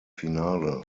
finale